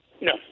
No